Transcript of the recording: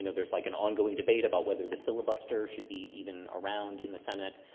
there's like an ongoing debate about whether the filibuster should be even around in the senate.